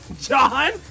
John